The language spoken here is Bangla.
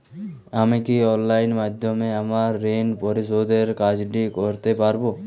আমি কি অনলাইন মাধ্যমে আমার ঋণ পরিশোধের কাজটি করতে পারব?